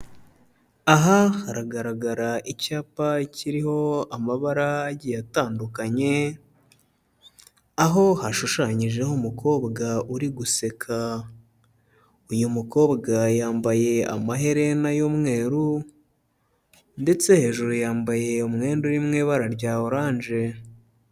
Aha haragaragara icyapa kiriho amabara agiye atandukanye, aho hashushanyijeho umukobwa uri guseka, uyu mukobwa yambaye amaherena y'umweru ndetse hejuru yambaye umwenda uri mu ibara rya oranje.